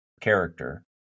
character